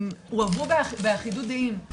הועברו באחדות דעים.